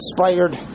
inspired